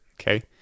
Okay